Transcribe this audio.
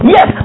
Yes